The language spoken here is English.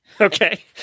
Okay